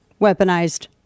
weaponized